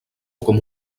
com